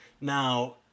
now